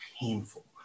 painful